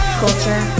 culture